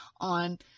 on